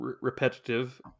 repetitive